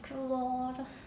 true lor just